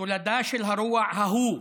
תולדה של הרוע ההוא,